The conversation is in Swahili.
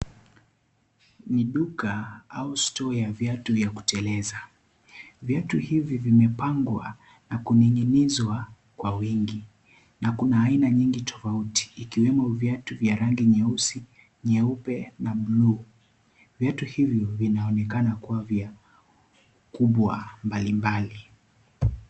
Ni duka au stoo ya viatu vya kuteleza. Viatu hivi vimepangwa na kuning'inizwa kwa wingi na kuna aina nyingi tofauti ikiwemo viatu vya rangi nyeusi, nyeupe na bluu. Viatu hivyo vinaonekana kuwa vya kubwa mbalimbali.